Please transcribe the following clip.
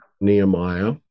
Nehemiah